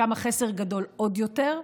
שם החסר גדול עוד יותר,